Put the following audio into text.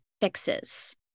fixes